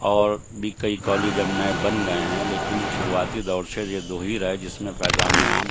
اور بھی کئی کالج اب نئے بن گئے ہیں لیکن شروعاتی دور سے یہ دو ہی رہے جس میں فیضان عام